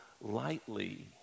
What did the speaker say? lightly